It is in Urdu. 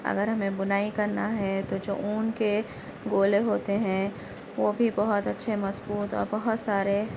اگر ہمیں بنائی کرنا ہے تو جو اون کے گولے ہوتے ہیں وہ بھی بہت اچھے مضبوط اور بہت سارے